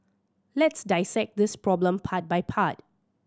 let's dissect this problem part by part